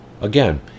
Again